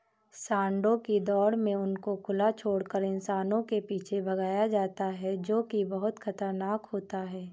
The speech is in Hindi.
सांडों की दौड़ में उनको खुला छोड़कर इंसानों के पीछे भगाया जाता है जो की बहुत खतरनाक होता है